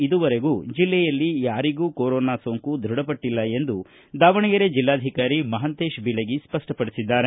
ಇದುವರೆಗೂ ಜಿಲ್ಲೆಯಲ್ಲಿ ಯಾರಿಗೂ ಕೊರೋನಾ ಸೋಂಕು ಧೃಡಪಟ್ಟಲ್ಲ ಎಂದು ದಾವಣಗೆರೆ ಜೆಲ್ಲಾಧಿಕಾರಿ ಮಹಾಂತೇಶ ಬೀಳಗಿ ಸ್ಪಷ್ಟಪಡಿಸಿದ್ದಾರೆ